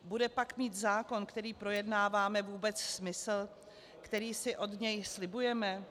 Bude pak mít zákon, který projednáváme, vůbec smysl, který si od něj slibujeme?